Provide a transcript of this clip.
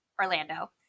Orlando